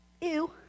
Ew